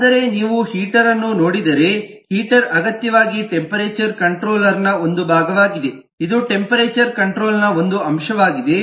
ಆದರೆ ನೀವು ಹೀಟರ್ ಅನ್ನು ನೋಡಿದರೆ ಹೀಟರ್ ಅಗತ್ಯವಾಗಿ ಟೆಂಪರೇಚರ್ ಕಂಟ್ರೋಲರ್ನ ಒಂದು ಭಾಗವಾಗಿದೆ ಇದು ಟೆಂಪರೇಚರ್ ಕಂಟ್ರೋಲರ್ನ ಒಂದು ಅಂಶವಾಗಿದೆ